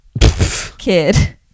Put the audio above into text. kid